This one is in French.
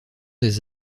des